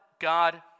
God